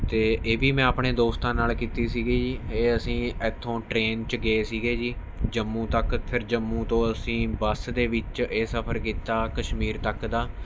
ਅਤੇ ਇਹ ਵੀ ਮੈਂ ਆਪਣੇ ਦੋਸਤਾਂ ਨਾਲ ਕੀਤੀ ਸੀਗੀ ਜੀ ਇਹ ਅਸੀਂ ਐਥੋਂ ਟ੍ਰੇਨ 'ਚ ਗਏ ਸੀਗੇ ਜੀ ਜੰਮੂ ਤੱਕ ਫੇਰ ਜੰਮੂ ਤੋਂ ਅਸੀਂ ਬੱਸ ਦੇ ਵਿੱਚ ਇਹ ਸਫਰ ਕੀਤਾ ਕਸ਼ਮੀਰ ਤੱਕ ਦਾ